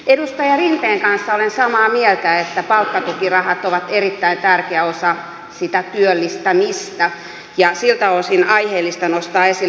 edustaja rinteen kanssa olen samaa mieltä että palkkatukirahat ovat erittäin tärkeä osa sitä työllistämistä ja siltä osin aiheellista nostaa asia esille